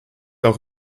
auch